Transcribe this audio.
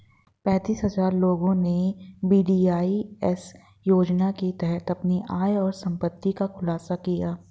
पेंतीस हजार लोगों ने वी.डी.आई.एस योजना के तहत अपनी आय और संपत्ति का खुलासा किया